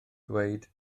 dweud